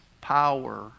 power